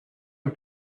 and